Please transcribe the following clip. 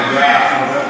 תודה.